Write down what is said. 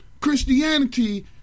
Christianity